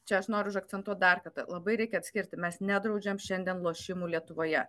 čia aš noriu užakcentuot dar kartą labai reikia atskirti mes nedraudžiam šiandien lošimų lietuvoje